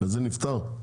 וזה נפתר?